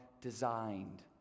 designed